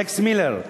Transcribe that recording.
אלכס מילר,